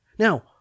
Now